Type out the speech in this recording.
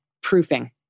proofing